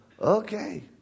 okay